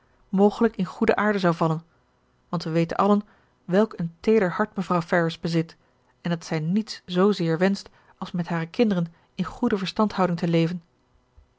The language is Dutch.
mogelijk in goede aarde zou vallen want wij weten allen welk een teeder hart mevrouw ferrars bezit en dat zij niets zoozeer wenscht als met hare kinderen in goede verstandhouding te leven